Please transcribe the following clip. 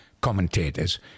commentators